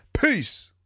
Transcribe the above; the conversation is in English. Peace